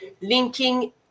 linking